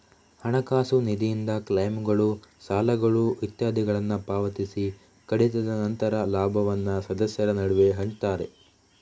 ಹಣಕಾಸು ನಿಧಿಯಿಂದ ಕ್ಲೈಮ್ಗಳು, ಸಾಲಗಳು ಇತ್ಯಾದಿಗಳನ್ನ ಪಾವತಿಸಿ ಕಡಿತದ ನಂತರ ಲಾಭವನ್ನ ಸದಸ್ಯರ ನಡುವೆ ಹಂಚ್ತಾರೆ